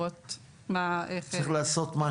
ולראות איך ניתן לקדם את הניקוי של --- צריך לעשות משהו.